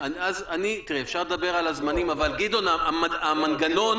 תראי, אפשר לדבר על הזמנים אבל, גדעון, המנגנון